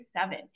seven